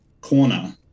corner